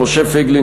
משה פייגלין,